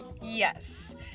Yes